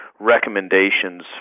recommendations